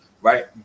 right